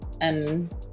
and-